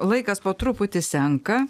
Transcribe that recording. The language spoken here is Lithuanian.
laikas po truputį senka